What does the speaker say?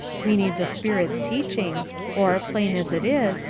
we need the spirit's teachings, or, plain as it is,